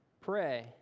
pray